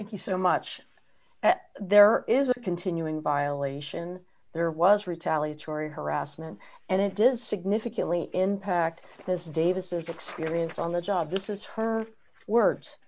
you so much there is a continuing violation there was retaliatory harassment and it does significantly impact this day this is experienced on the job this is her wor